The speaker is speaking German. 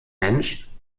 mensch